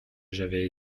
j’avais